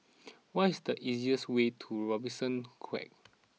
what is the easiest way to Robertson Quay